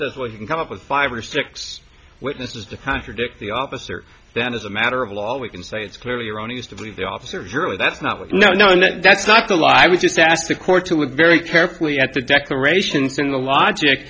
says well you can come up with five or six witnesses to contradict the officer that as a matter of law we can say it's clearly erroneous to believe the officers were that's not with no no no that's not the law i would just ask the court to with very carefully at the declarations and the logic